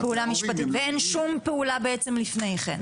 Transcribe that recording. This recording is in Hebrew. ואין שום פעולה בעצם לפני כן?